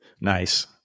Nice